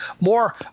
more